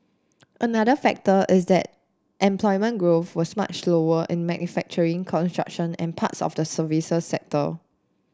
another factor is that employment growth was much slower in manufacturing construction and parts of the services sector